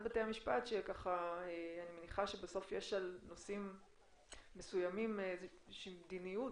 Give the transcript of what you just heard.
בתי המשפט אני מניחה שבסוף יש על נושאים מסוימים איזושהי מדיניות.